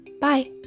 Bye